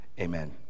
amen